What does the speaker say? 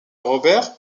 robert